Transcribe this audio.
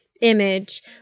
image